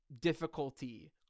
difficulty